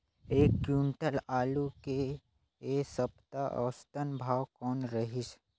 एक क्विंटल आलू के ऐ सप्ता औसतन भाव कौन रहिस?